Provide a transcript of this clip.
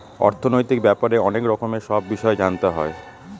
অর্থনৈতিক ব্যাপারে অনেক রকমের সব বিষয় জানতে হয়